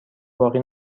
باقی